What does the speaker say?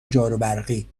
جاروبرقی